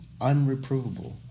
unreprovable